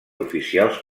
oficials